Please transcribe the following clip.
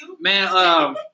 Man